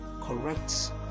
correct